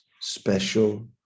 special